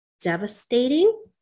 devastating